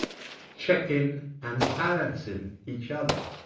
checking and balancing each other.